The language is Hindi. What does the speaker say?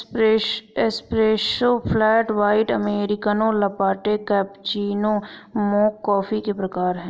espresso, flat white, americano, latte, cappuccino, mocha coffee के प्रकार हैं